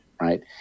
Right